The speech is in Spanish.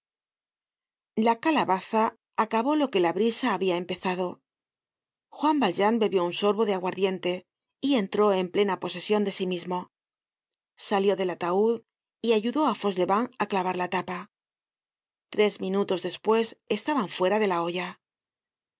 la calabaza acabó lo que la brisa había empezado juan valjean bebió un sorbo de aguardiente y entró en plena posesion de sí mismo salió del ataud y ayudó á fauchelevent á clavar la tapa tres minutos despues estaban fuera de la hoya